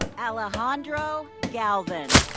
alahandro galvan.